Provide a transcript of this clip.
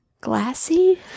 Glassy